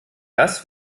das